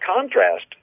contrast